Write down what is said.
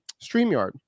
StreamYard